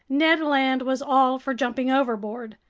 ned land was all for jumping overboard.